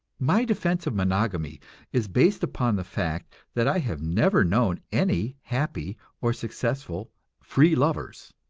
my defense of monogamy is based upon the fact that i have never known any happy or successful free lovers.